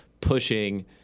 pushing